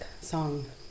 Song